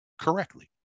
correctly